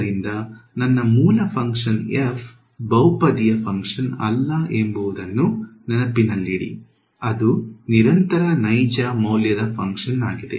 ಆದ್ದರಿಂದ ನನ್ನ ಮೂಲ ಫಂಕ್ಷನ್ f ಬಹುಪದೀಯ ಫಂಕ್ಷನ್ ಅಲ್ಲ ಎಂಬುದನ್ನು ನೆನಪಿನಲ್ಲಿಡಿ ಅದು ನಿರಂತರ ನೈಜ ಮೌಲ್ಯದ ಫಂಕ್ಷನ್ ಆಗಿದೆ